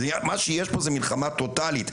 מה שיש פה הוא מלחמה טוטלית.